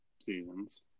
seasons